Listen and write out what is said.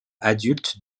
adultes